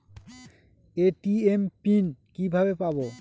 ATM PIN কিভাবে পাবো?